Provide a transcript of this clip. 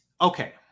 okay